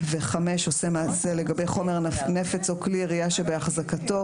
ו-(5) עושה מעשה לגבי חומר נפץ או כלי ירייה שבהחזקתו,